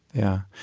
yeah,